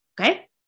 Okay